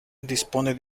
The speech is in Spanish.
dispone